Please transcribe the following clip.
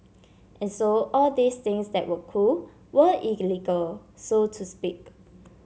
and so all these things that were cool were illegal so to speak